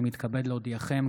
אני מתכבד להודיעכם,